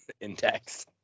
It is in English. index